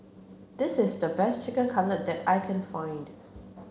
this is the best Chicken Cutlet that I can find